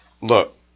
Look